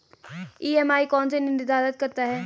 EMI कौन निर्धारित करता है?